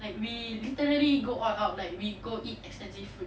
like we literally go all out like we go eat expensive food